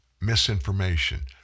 misinformation